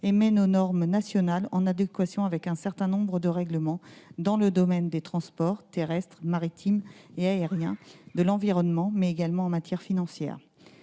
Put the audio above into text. et met nos normes nationales en adéquation avec un certain nombre de règlements européens dans les domaines des transports- terrestres, maritimes et aériens -, et de l'environnement, mais aussi en matière financière.